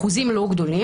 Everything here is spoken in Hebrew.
אחוזים לא גדולים,